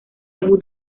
abu